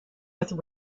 with